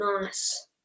Nice